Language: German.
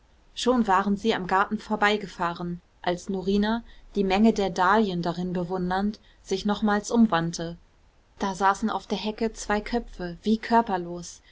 schon waren sie am garten vorbeigefahren als norina die menge der dahlien darin bewundernd sich nochmals umwandte da saßen auf der hecke zwei köpfe wie körperlos